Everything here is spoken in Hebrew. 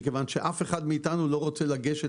מכיוון שאף אחד מאיתנו לא רוצה לגשת